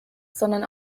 sondern